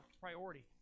priority